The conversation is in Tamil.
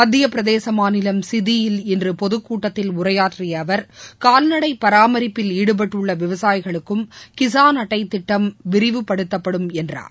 மத்தியப்பிரதேசமாநிலம் இன்றுபொதுக் கூட்டத்தில் உரையாற்றிய அவர் கால்நடைபராமரிப்பில் ஈடுபட்டுள்ளவிவசாயிகளுக்கும் கிசான் கடன் அட்டைதிட்டம் விரிவுப்படுத்தப்படும் என்றார்